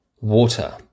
water